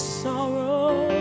sorrow